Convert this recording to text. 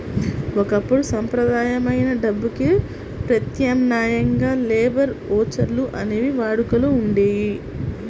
ఒకప్పుడు సంప్రదాయమైన డబ్బుకి ప్రత్యామ్నాయంగా లేబర్ ఓచర్లు అనేవి వాడుకలో ఉండేయి